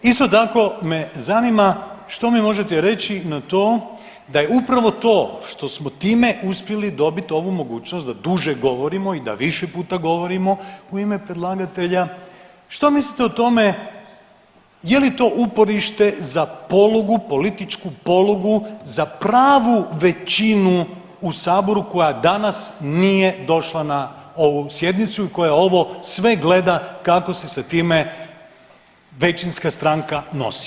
Isto tako me zanima što mi možete reći na to da je upravo to što smo time uspjeli dobiti ovu mogućnost da duže govorimo i da više puta govorimo u ime predlagatelja, što mislite o tome je li to uporište za polugu političku polugu, za pravu većinu u Saboru koja danas nije došla na ovu sjednicu i koja ovo sve gleda kako se sa time većina stranka nosi.